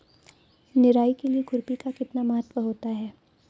निराई के लिए खुरपी का कितना महत्व होता है?